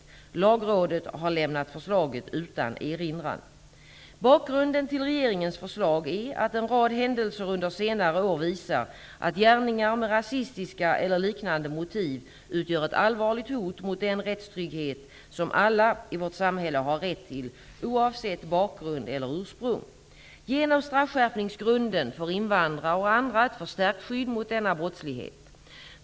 Lagrådet har lämnat förslaget utan erinran. Bakgrunden till regeringens förslag är att en rad händelser under senare år visar att gärningar med rasistiska eller liknande motiv utgör ett allvarligt hot mot den rättstrygghet som alla i vårt samhälle har rätt till, oavsett bakgrund eller ursprung. Genom straffskärpningsgrunden får invandrare och andra ett förstärkt skydd mot denna brottslighet.